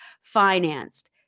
financed